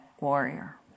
warrior